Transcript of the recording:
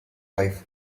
wife